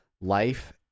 Life